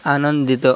ଆନନ୍ଦିତ